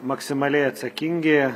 maksimaliai atsakingi